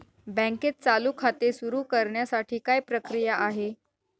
बँकेत चालू खाते सुरु करण्यासाठी काय प्रक्रिया आहे?